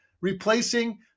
replacing